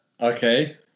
Okay